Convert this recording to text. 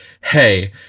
Hey